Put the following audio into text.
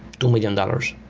two million dollars.